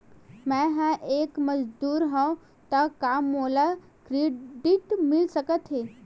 मैं ह एक मजदूर हंव त का मोला क्रेडिट मिल सकथे?